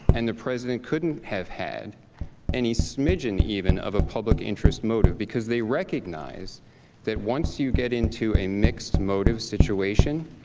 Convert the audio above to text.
and the president couldn't have had any smidgen even of a public interest motive, because they recognize that once you get into a mixed motive situation,